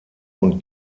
und